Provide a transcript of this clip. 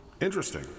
Interesting